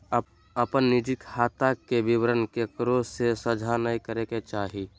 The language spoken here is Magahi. अपन निजी खाता के विवरण केकरो से साझा नय करे के चाही